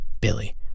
Billy